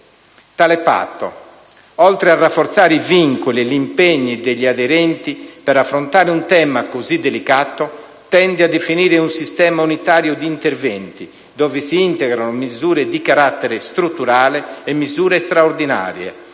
Tale patto, oltre a rafforzare i vincoli e gli impegni degli aderenti per affrontare un tema così delicato, tende a definire un sistema unitario di interventi dove si integrano misure di carattere strutturale e misure straordinarie,